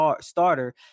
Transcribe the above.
starter